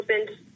opened